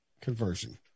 conversion